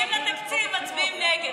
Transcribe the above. וכשמגיעים לתקציב מצביעים נגד.